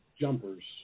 jumpers